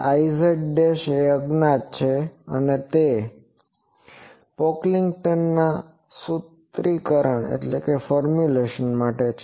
Iz' એ અજ્ઞાત છે અને તે પોકલિંગ્ટનના સુત્રીકરણ માટે છે